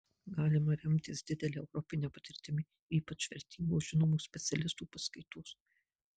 galima remtis didele europine patirtimi ypač vertingos žinomų specialistų paskaitos